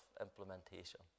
implementation